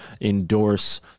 endorse